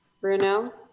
Bruno